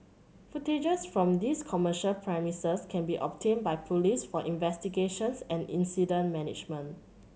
footage from these commercial premises can be obtained by police for investigations and incident management